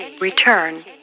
return